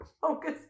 Focus